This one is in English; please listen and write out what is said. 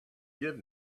give